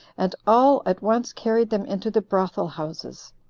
and all at once carried them into the brothel-houses,